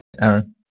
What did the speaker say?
Aaron